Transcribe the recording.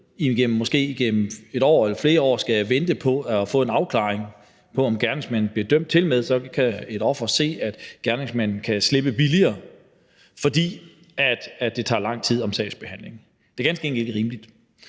måske et år eller flere år skal vente på at få en afklaring på, om gerningsmanden bliver dømt. Tilmed kan et offer se, at gerningsmanden kan slippe billigere, fordi sagsbehandlingen tager lang tid. Det er ganske enkelt ikke rimeligt,